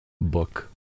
book